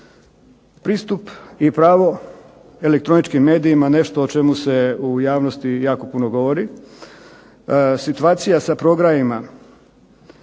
Pristup i pravo elektroničkim medijima nešto o čemu se u javnosti jako puno govori. Situacija sa programima